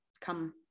come